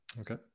Okay